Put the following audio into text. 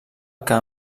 que